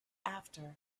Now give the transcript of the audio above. after